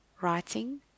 writing